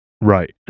right